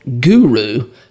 guru